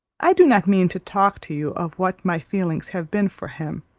i do not mean to talk to you of what my feelings have been for him,